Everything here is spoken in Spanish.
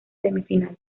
semifinal